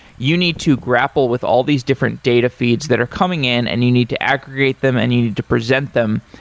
you need to grapple with all these different data feeds that are coming in and you need to aggregate them and you need to present them.